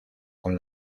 con